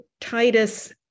Titus